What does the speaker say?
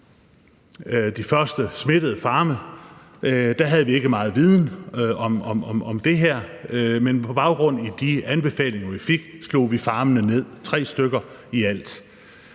de første smittede mink på nogle farme, havde vi ikke meget viden om det her, men på baggrund af de anbefalinger, som vi fik, slog vi minkene ned – det var på i alt